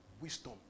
Wisdom